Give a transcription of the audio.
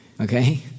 okay